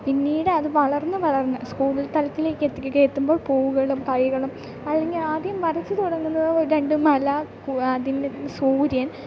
പിന്നീടത് വളർന്ന് വളർന്ന് സ്കൂളിൽ തലത്തിലേക്കെത്തിക്കുക എത്തുമ്പോൾ പൂവുകളും കായ്കളും അല്ലെങ്കിൽ ആദ്യം വരച്ചു തുടങ്ങുന്നത് രണ്ട് മല കു അതിൽ സൂര്യൻ